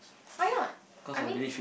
why not I mean